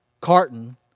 Carton